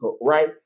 right